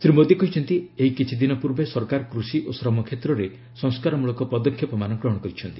ଶ୍ରୀ ମୋଦୀ କହିଛନ୍ତି ଏହି କିଛି ଦିନ ପୂର୍ବେ ସରକାର କୃଷି ଓ ଶ୍ରମ କ୍ଷେତ୍ରରେ ସଂସ୍କାର ମୂଳକ ପଦକ୍ଷେପମାନ ଗ୍ରହଣ କରିଛନ୍ତି